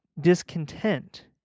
discontent